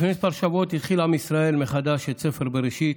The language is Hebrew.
לפני כמה שבועות התחיל עם ישראל מחדש את ספר בראשית,